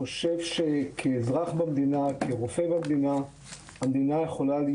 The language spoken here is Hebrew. כאזרח במדינה וכרופא במדינה אני חושב שהמדינה יכולה